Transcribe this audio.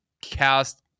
cast